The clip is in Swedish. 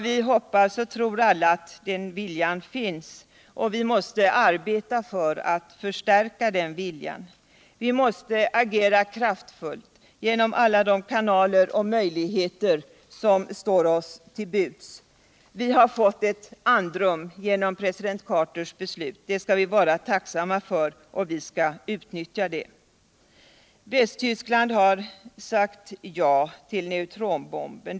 Vi hoppas och tror alla att den viljan finns. Vi måste arbeta på att förstärka den viljan. Vi måste agera kraftfullt genom alla de kanaler och möjligheter som står oss till buds. Vi har fått ett andrum genom president Carters beslut. Det skall vi vara tacksamma för, och vi skall utnyttja det. Västtyskland har sagt ja till neutronbomben.